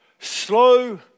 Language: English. slow